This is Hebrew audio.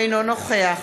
אינו נוכח